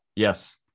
Yes